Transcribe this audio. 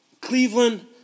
Cleveland